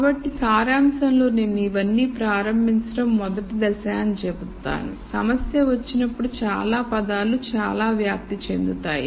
కాబట్టి సారాంశంలో నేను ఇవన్నీ ప్రారంభించడం మొదటి దశ అని చెబుతాను సమస్య వచ్చినప్పుడు చాలా పదాలు చాలా వ్యాప్తి చెందుతాయి